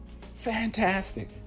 Fantastic